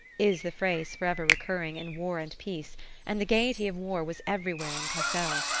is the phrase forever recurring in war and peace and the gaiety of war was everywhere in cassel,